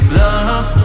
love